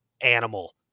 animal